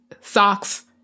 socks